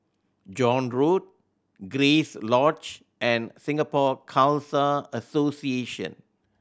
John Road Grace Lodge and Singapore Khalsa Association